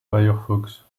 firefox